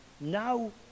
now